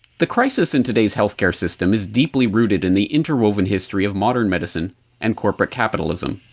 the crisis in today's health care system is deeply rooted in the interwoven history of modern medicine and corporate capitalism.